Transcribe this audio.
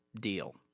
deal